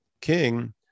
King